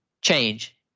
change